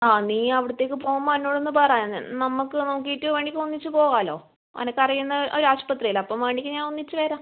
ആ നീ അവിടുത്തേക്ക് പോവുമ്പോൾ എന്നോട് ഒന്ന് പറ നമ്മൾക്ക് നോക്കിയിട്ട് വേണ്ടിക്ക ഒന്നിച്ച് പോവാമല്ലോ എനിക്ക് അറിയുന്ന ഒരു ആശുപത്രി അല്ലേ അപ്പോൾ വേണ്ടിക്കൽ ഞാൻ ഒന്നിച്ച് വരാം